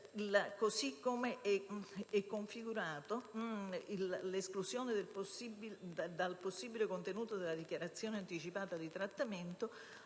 così come è configurata, l'esclusione dal possibile contenuto della dichiarazione anticipata di trattamento